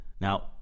Now